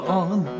on